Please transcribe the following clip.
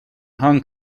hong